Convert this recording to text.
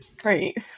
Great